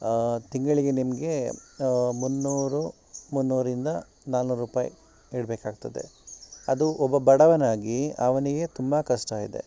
ತಿಂಗಳಿಗೆ ನಿಮಗೆ ಮುನ್ನೂರು ಮುನ್ನೂರರಿಂದ ನಾನ್ನೂರು ರೂಪಾಯಿ ಇಡಬೇಕಾಗ್ತದೆ ಅದು ಒಬ್ಬ ಬಡವನಾಗಿ ಅವನಿಗೆ ತುಂಬ ಕಷ್ಟ ಇದೆ